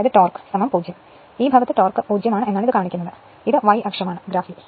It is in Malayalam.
അതിനാൽ ഈ ഭാഗത്തു ടോർക്ക് 0 ആണ് കാരണം ഇത് y അക്ഷം ആണ്